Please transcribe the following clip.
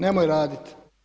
Nemoj radit.